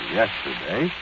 yesterday